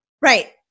Right